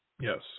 Yes